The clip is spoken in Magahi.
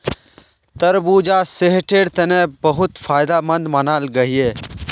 तरबूजा सेहटेर तने बहुत फायदमंद मानाल गहिये